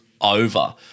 over